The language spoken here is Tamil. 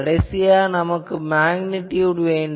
கடைசியாக நமக்கு மேக்னிடியுட் வேண்டும்